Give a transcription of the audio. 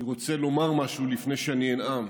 אני רוצה לומר משהו לפני שאני אנאם.